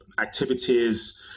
activities